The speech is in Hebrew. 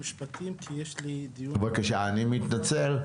בבקשה, אני מתנצל,